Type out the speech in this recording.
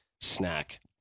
snack